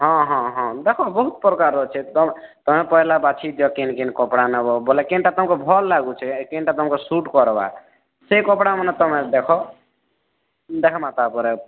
ହଁ ହଁ ହଁ ଦେଖ ବହୁତ୍ ପ୍ରକାର୍ ଅଛେ ତୁମେ ପହେଲା ବାଛିଦିଅ କେନ୍ କେନ୍ କପଡ଼ା ନବ ବୋଲେ କେନ୍ଟା ତମ୍କେ ଭଲ୍ ଲାଗୁଛେ କେନ୍ଟା ତମ୍କୁ ସୁଟ୍ କର୍ବା ସେ କପଡ଼ାମାନେ ତୁମେ ଦେଖ ଦେଖ୍ମା ତାପରେ